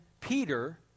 Peter